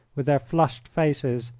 with their flushed faces,